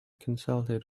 consulted